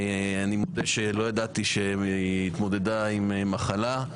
אני מודה שלא ידעתי שהיא התמודדה עם מחלה.